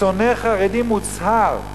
שונא חרדים מוצהר,